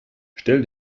stell